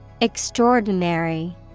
Extraordinary